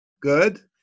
Good